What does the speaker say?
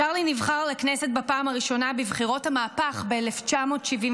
צ'רלי נבחר לכנסת בפעם הראשונה בבחירות המהפך ב-1977.